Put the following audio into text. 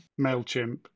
MailChimp